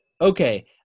Okay